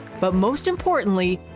but most importantly,